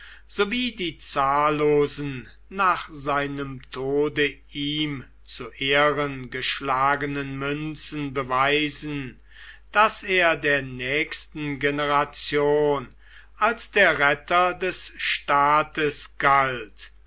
die zahllosen nach seinem tode ihm zu ehren geschlagenen münzen beweisen daß er der nächsten generation als der retter des staates galt